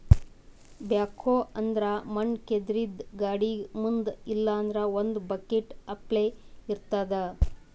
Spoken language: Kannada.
ಬ್ಯಾಕ್ಹೊ ಅಂದ್ರ ಮಣ್ಣ್ ಕೇದ್ರದ್ದ್ ಗಾಡಿಗ್ ಮುಂದ್ ಇಲ್ಲಂದ್ರ ಒಂದ್ ಬಕೆಟ್ ಅಪ್ಲೆ ಇರ್ತದ್